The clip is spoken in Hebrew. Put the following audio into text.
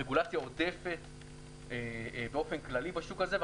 רגולציה עודפת באופן כללי בשוק הזה.